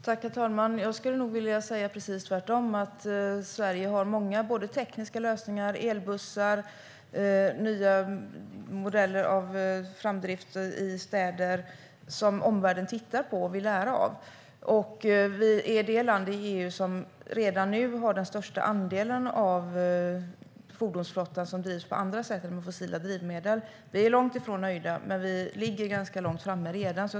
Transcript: Herr talman! Jag skulle nog vilja säga precis tvärtom. Sverige har många tekniska lösningar som elbussar och nya modeller för framdrift i städer som omvärlden tittar på och vill lära av. Sverige är det land i EU som redan nu har den största andelen av fordonsflottan som drivs på andra sätt än med fossila drivmedel. Vi är långt ifrån nöjda. Men vi ligger redan ganska långt framme.